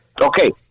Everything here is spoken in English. Okay